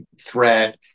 threat